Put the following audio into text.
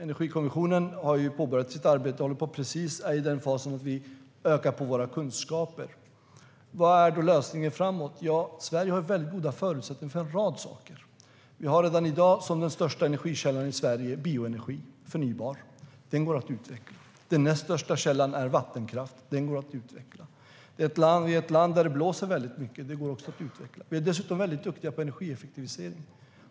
Energikommissionen har påbörjat sitt arbete, och vi är precis i den fasen att vi ökar på våra kunskaper. Vad är då lösningen framöver? Sverige har goda förutsättningar för en rad saker. Vi har redan i dag bioenergi som den största förnybara energikällan i Sverige; den går att utveckla. Den näst största källan är vattenkraft; den går att utveckla. Vi är ett land där det blåser mycket; det går också att utveckla. Vi är dessutom väldigt duktiga på energieffektivisering.